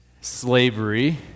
slavery